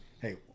Hey